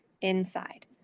inside